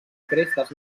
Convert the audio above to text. crestes